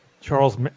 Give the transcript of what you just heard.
Charles